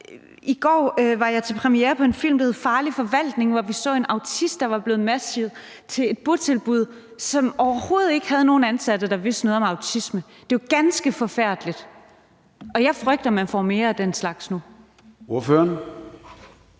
I går var jeg til præmiere på en film, der hedder »Farlig Forvaltning«, hvor vi så en autist, der var blevet matchet til et botilbud, som overhovedet ikke havde nogen ansatte, der vidste noget om autisme. Det er jo ganske forfærdeligt – og jeg frygter, man får mere af den slags nu. Kl.